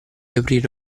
aprire